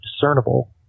discernible